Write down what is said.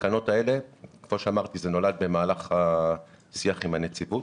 כמו שאמרתי, זה נולד במהלך השיח עם הנציבות.